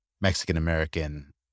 mexican-american